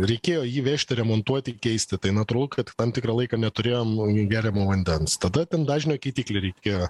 reikėjo jį vežti remontuoti keisti tai natūralu kad tam tikrą laiką neturėjom nei geriamo vandens tada ten dažnio keitiklį reikėjo